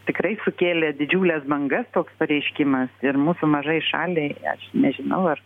tikrai sukėlė didžiules bangas toks pareiškimas ir mūsų mažai šaliai aš nežinau ar